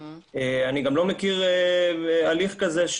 אני גם לא מכיר הליך כזה,